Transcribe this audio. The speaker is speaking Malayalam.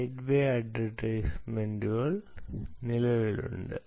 ഗേറ്റ്വേ അഡ്വെർടൈസ്മെന്റുകൾ നിലവിലുണ്ട്